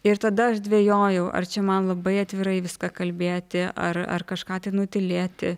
ir tada aš dvejojau ar čia man labai atvirai viską kalbėti ar ar kažką tai nutylėti